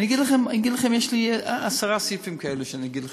יש לי עשרה סעיפים כאלה שאני אגיד לכם,